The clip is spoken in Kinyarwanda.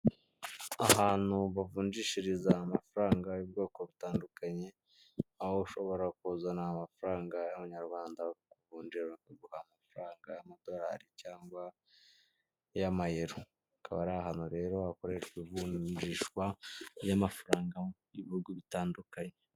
Ahantu bavunjishiriza amafaranga y'ubwoko butandukanye, aho ushobora kuzana amafaranga y'amanyarwanda bakakunjira bakaguha amafaranga y'amadorari cyangwa y'amayero, hakaba ari ahantu rero hakoreshwa ivunjishwa ry'amafaranga mu bihugu bitandukanye.